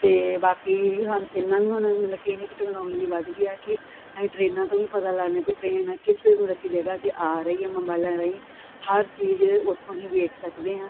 ਅਤੇ ਬਾਕੀ ਹਨ ਇੰਨਾਂ ਵੀ ਹੁਣ ਇਹਨੀ ਕੁ ਟੈਕਨੋਲੋਜੀ ਵੱਧ ਗਈ ਆ ਕਿ ਅਸੀਂ ਟ੍ਰੇਨਾਂ ਤੋਂ ਵੀ ਪਤਾ ਲਾਂਦੇ ਟ੍ਰੇਨ ਕਿਸੇ ਮਤਲਬ ਕਿ ਜਗ੍ਹਾ 'ਤੇ ਆ ਰਹੀ ਹੈ ਮੋਬੈਲਾ ਰਾਹੀਂ ਹਰ ਚੀਜ਼ ਉਥੋਂ ਹੀ ਵੇਖ ਸਕਦੇ ਆ ਕਿ ਇੱਕ ਮਤਲਬ